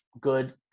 good –